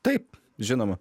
taip žinoma